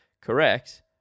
Correct